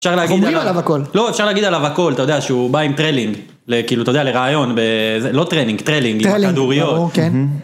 אפשר להגיד עליו הכול. אומרים עליו הכול. לא, אפשר להגיד עליו הכול, אתה יודע שהוא בא עם טריינינג כאילו אתה יודע לראיון, לא טריינינג, טרלינג עם הכדוריות.